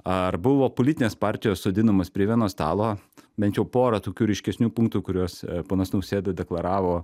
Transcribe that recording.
ar buvo politinės partijos sodinamos prie vieno stalo bent jau porą tokių ryškesnių punktų kuriuos ponas nausėda deklaravo